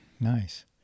nice